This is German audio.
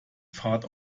fahrt